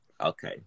Okay